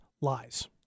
lies